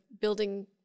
building